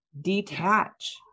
Detach